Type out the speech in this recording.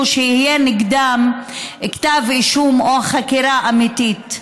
שיהיה נגדם כתב אישום או חקירה אמיתית.